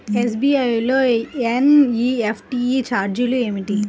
SBI లో NEFT ఛార్జీలు ఏమిటి?